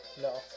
No